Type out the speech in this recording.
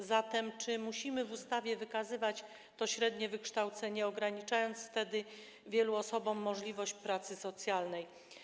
A zatem czy musimy w ustawie wskazywać to średnie wykształcenie, ograniczając wielu osobom możliwość pracy socjalnej?